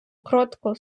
кротко